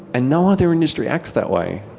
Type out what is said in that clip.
and no other industry acts that way.